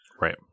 Right